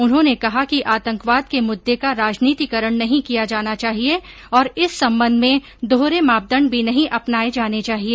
उन्होंने कहा कि आतंकवाद के मुद्दे का राजनीतिकरण नहीं किया जाना चाहिए और इस संबंध में दोहरे मानदंड भी नहीं अपनाये जाने चाहिए